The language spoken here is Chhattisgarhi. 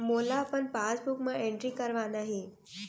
मोला अपन पासबुक म एंट्री करवाना हे?